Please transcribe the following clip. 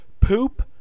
Poop